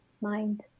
mind